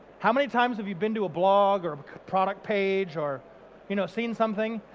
how many times have you been to a blog or product page or you know seeing something,